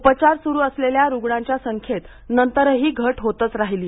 उपचार सुरू असलेल्या रुग्णांच्या संख्येत नंतरही घट होतच राहिली